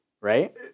right